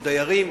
של דיירים,